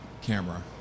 camera